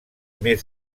més